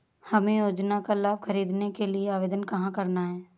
हमें योजना का लाभ ख़रीदने के लिए आवेदन कहाँ करना है?